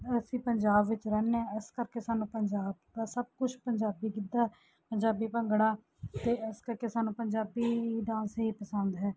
ਅਸੀਂ ਪੰਜਾਬ ਵਿੱਚ ਰਹਿੰਦੇ ਹਾਂ ਇਸ ਕਰਕੇ ਸਾਨੂੰ ਪੰਜਾਬ ਦਾ ਸਭ ਕੁਛ ਪੰਜਾਬੀ ਗਿੱਧਾ ਪੰਜਾਬੀ ਭੰਗੜਾ ਅਤੇ ਇਸ ਕਰਕੇ ਸਾਨੂੰ ਪੰਜਾਬੀ ਡਾਂਸ ਹੀ ਪਸੰਦ ਹੈ